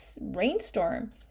rainstorm